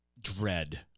dread